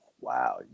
wow